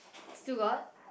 still got